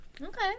Okay